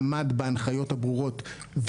עמד בהנחיות הברורות.